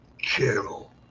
channel